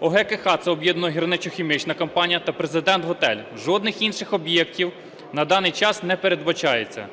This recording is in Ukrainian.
ОГХК – це "Об'єднана гірничо-хімічна компанія" та "Президент Готель". Жодних інших об'єктів на даний час не передбачається.